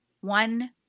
one